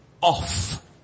off